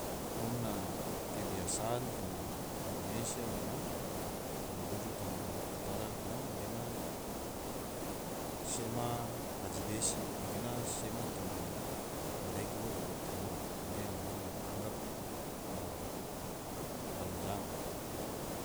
Ngom na kebiasaan toma indonesia gena kalo merujuk toma maluku utara gena sema taji besi, anggena sema toma maregu ua duga te ngom. anggena yang ngom anggap paling jang